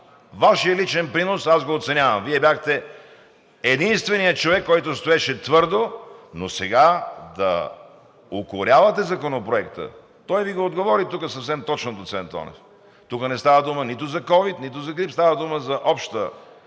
Вашия личен принос го оценявам. Вие бяхте единственият човек, който стоеше твърдо, но сега да укорявате Законопроекта… Доцент Тонев Ви отговори съвсем точно. Тук не става дума нито за ковид, нито за грип. Става дума за обща